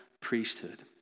priesthood